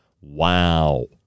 wow